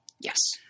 Yes